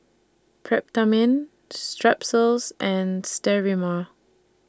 Peptamen Strepsils and Sterimar